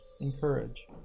encourage